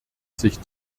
sich